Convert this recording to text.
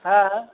हाँ